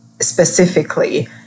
specifically